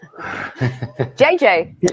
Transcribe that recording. JJ